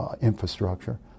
Infrastructure